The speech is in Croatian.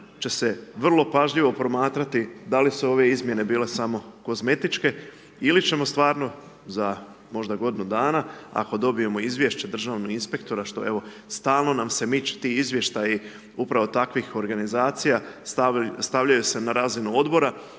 će se vrlo pažljivo promatrati da li su ove izmjene bile samo kozmetičke ili ćemo stvarno za možda godinu dana ako dobijemo izvješće državnog inspektora, što, evo, stalno nam se…/Govornik se ne razumije/… izvještaji upravo takvih organizacija, stavljaju se na razinu Odbora,